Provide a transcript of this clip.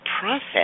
process